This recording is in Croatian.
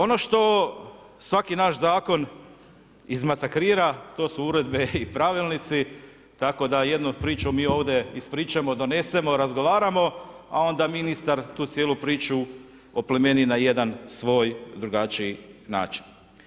Ono što svaki naš zakon izmasakrira, to su uredbe i pravilnici, tako da jednu priču mi ovdje ispričamo, donesemo, razgovaramo, a onda ministar tu cijelu priču oplemeni na jedan svoj drugačiji način.